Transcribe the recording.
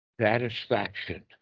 satisfaction